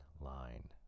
line